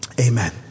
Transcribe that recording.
amen